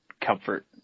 comfort